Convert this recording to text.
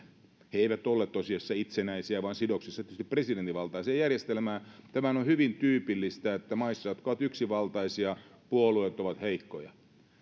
he eivät olleet tosiasiassa itsenäisiä vaan sidoksissa tietysti presidenttivaltaiseen järjestelmään tämähän on on hyvin tyypillistä että maissa jotka ovat yksivaltaisia puolueet ovat heikkoja